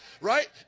Right